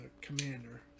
Commander